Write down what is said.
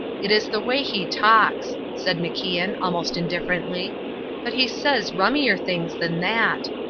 it is the way he talks, said macian, almost indifferently but he says rummier things than that.